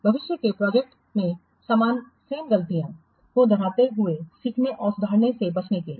भविष्य के प्रोजेक्टस में समान गलतियों को दोहराते हुए सीखने और सुधारने और बचने के लिए